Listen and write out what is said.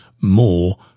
more